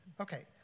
Okay